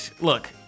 look